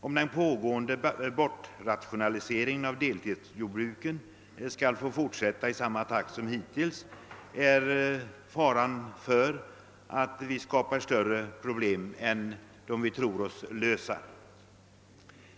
Om bortrationaliseringen av deltidsjordbruken skall få fortsätta i samma takt som hittills är det stor fara för att vi skapar nya problem som är besvärligare än de problem vi tror oss lösa.